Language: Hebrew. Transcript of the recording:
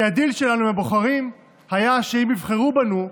כי הדיל שלנו עם הבוחרים היה שאם יבחרו בנו,